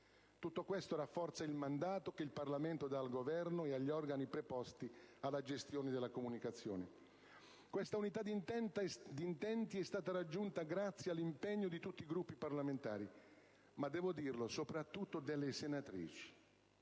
Tutto questo rafforza il mandato che il Parlamento dà al Governo e agli organi preposti alla gestione della comunicazione. Questa unità di intenti è stata raggiunta grazie all'impegno di tutti i Gruppi parlamentari, ma - devo dirlo - soprattutto delle senatrici